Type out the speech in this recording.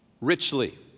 richly